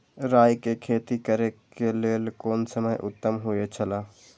राय के खेती करे के लेल कोन समय उत्तम हुए छला?